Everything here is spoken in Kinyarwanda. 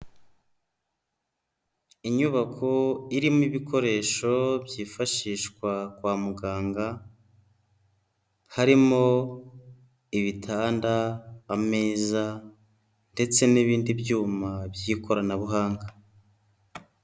Inyubako irimo ibikoresho byifashishwa kwa muganga, harimo ibitanda, ameza ndetse n'ibindi byuma by'ikoranabuhanga.